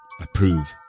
approve